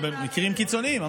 במקרים קיצוניים,